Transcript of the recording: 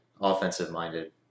offensive-minded